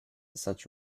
such